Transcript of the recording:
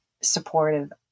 supportive